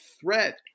threat